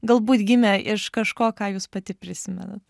galbūt gimė iš kažko ką jūs pati prisimenat